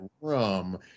rum